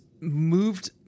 moved